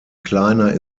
kleiner